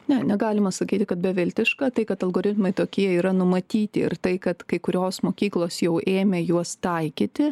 ne negalima sakyti kad beviltiška tai kad algoritmai tokie yra numatyti ir tai kad kai kurios mokyklos jau ėmė juos taikyti